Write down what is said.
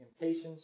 impatience